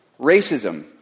racism